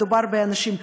מדובר באנשים,